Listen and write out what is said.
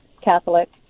Catholic